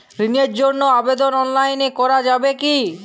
ঋণের জন্য আবেদন অনলাইনে করা যাবে কি?